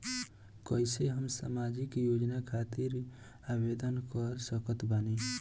कैसे हम सामाजिक योजना खातिर आवेदन कर सकत बानी?